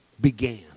began